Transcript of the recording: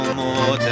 more